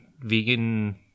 vegan